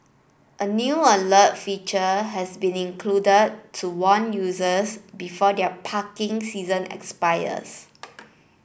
a new alert feature has been included to warn users before their parking season expires